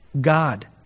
God